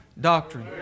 doctrine